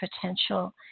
potential